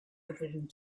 evident